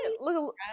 look